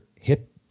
hip